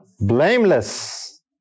blameless